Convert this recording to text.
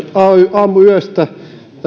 aamuyöstä